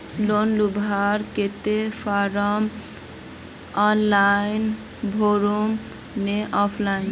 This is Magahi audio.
लोन लुबार केते फारम ऑनलाइन भरुम ने ऑफलाइन?